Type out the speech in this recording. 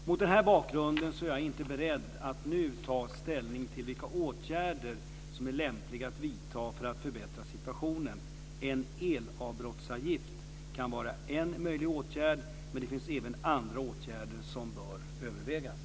Mot den här bakgrunden är jag inte beredd att nu ta ställning till vilka åtgärder som är lämpliga att vidta för att förbättra situationen. En elavbrottsavgift kan vara en möjlig åtgärd, men det finns även andra åtgärder som bör övervägas.